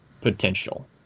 potential